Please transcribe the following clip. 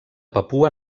papua